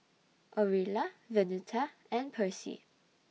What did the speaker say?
Orilla Venita and Percy